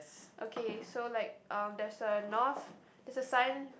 okay so like um there's a north there's a sign